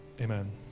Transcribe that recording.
Amen